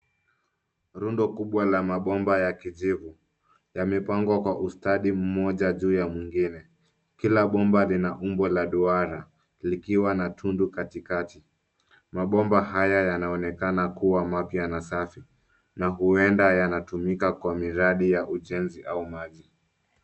Rundo kubwa la mabomba ya kijivu yamepangwa kwa ustadi mmoja juu ya mwingine. Kila bomba lina umbo la duara likiwa na tundu katikati. Mabomba haya yanaonekana kuwa mapya na safi na huenda yanatumika kwa miradi ya ujenzi au maji.